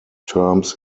terms